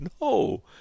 no